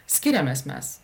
skiriamės mes